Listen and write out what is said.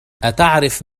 أتعرف